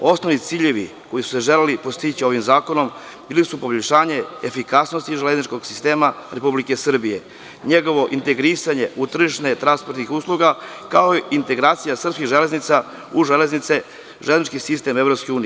Osnovni ciljevi koji su se želeli postići ovim zakonom bili su poboljšanje efikasnosti železničkog sistema Republike Srbije, njegovo integrisanje u tržište transportnih usluga, kao i integracija srpskih železnica u železnički sistem EU.